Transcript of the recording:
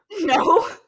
no